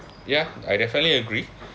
ya I definitely agree